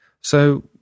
So